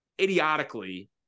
idiotically